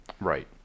right